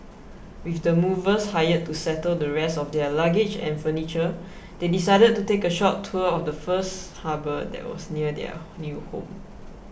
with the movers hired to settle the rest of their luggage and furniture they decided to take a short tour of the first harbour that was near their new home